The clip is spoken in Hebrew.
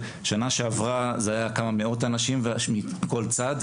שנה שעברה זה היה כמה מאות אנשים מכל צד,